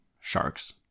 sharks